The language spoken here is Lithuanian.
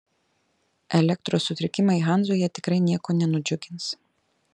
elektros sutrikimai hanzoje tikrai nieko nenudžiugins